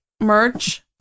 merch